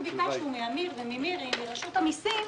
אנחנו ביקשנו מאמיר וממירי מרשות המיסים,